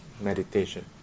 meditation